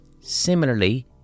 similarly